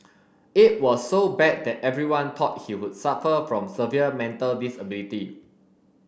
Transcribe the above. it was so bad that everyone thought he would suffer from severe mental disability